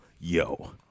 Yo